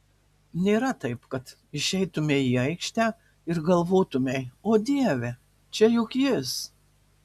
nėra taip kad išeitumei į aikštę ir galvotumei o dieve čia juk jis